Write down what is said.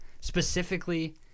Specifically